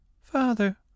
father